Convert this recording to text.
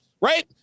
Right